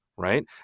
Right